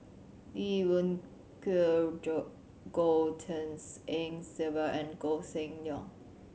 Lee Wung Goh Tshin En Sylvia and Koh Seng Leong